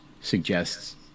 suggests